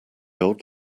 old